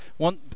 One